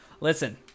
Listen